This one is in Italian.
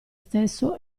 stesso